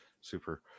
Super